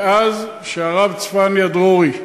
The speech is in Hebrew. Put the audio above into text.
מאז שהרב צפניה דרורי,